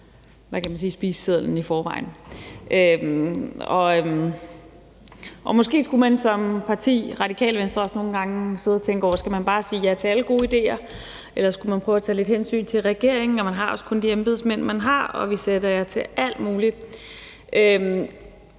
måde er nok på spisesedlen i forvejen. Måske skulle man som parti, også Radikale Venstre, nogle gange tænke over, om man bare skal sige ja til alle gode idéer, eller om man skulle prøve at tage lidt hensyn til regeringen. Man har kun de embedsmænd, man har, og vi sætter jer til alt muligt.